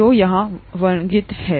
जो यहाँ वर्णित है